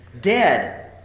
Dead